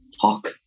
talk